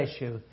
issue